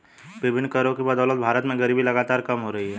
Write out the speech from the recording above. विभिन्न करों की बदौलत भारत में गरीबी लगातार कम हो रही है